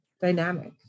dynamic